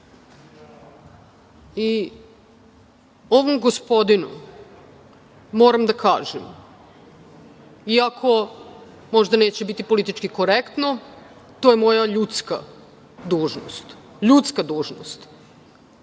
i ovom gospodinu moram da kažem, iako možda neće biti politički korektno, to je moja ljudska dužnost, ne kao